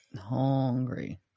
Hungry